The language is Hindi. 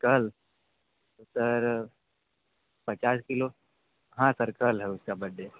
कल तो सर पचास किलो हाँ सर कल है उसका बड्डे